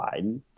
Biden